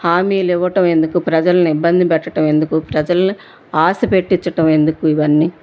హామీలు ఇవ్వటం ఎందుకు ప్రజల్ని ఇబ్బంది పెట్టటం ఎందుకు ప్రజల్ని ఆశపెట్టించటం ఎందుకు ఇవన్నీ